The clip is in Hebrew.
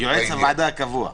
יועץ הוועדה הקבוע.